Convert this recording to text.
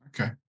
Okay